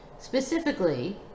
Specifically